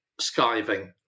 skiving